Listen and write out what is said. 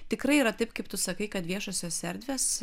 tikrai yra taip kaip tu sakai kad viešosios erdvės